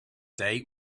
date